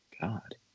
God